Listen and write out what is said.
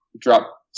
drop